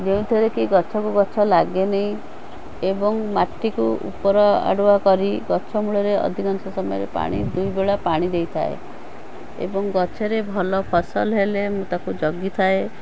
ଯେଉଁଥିରେ କି ଗଛକୁ ଗଛ ଲାଗେନି ଏବଂ ମାଟିକୁ ଉପର ଆଡ଼ୁଆ କରି ଗଛ ମୂଳରେ ଅଧିକାଂଶ ସମୟରେ ପାଣି ଦୁଇ ବେଳା ପାଣି ଦେଇଥାଏ ଏବଂ ଗଛରେ ଭଲ ଫସଲ ହେଲେ ମୁଁ ତାକୁ ଜଗିଥାଏ